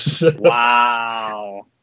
Wow